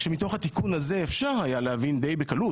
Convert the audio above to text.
שמתוך התיקון הזה אפשר היה להבין די בקלות